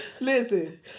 listen